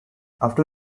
after